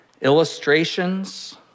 Illustrations